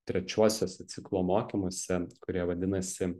trečiuosiuose ciklo mokymuose kurie vadinasi